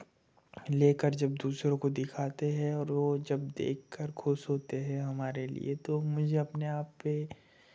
लेकर जब दूसरों को दिखाते है और वो जब देखकर खुश होते हैं हमारे लिए तो मुझे अपने आप पे